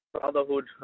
brotherhood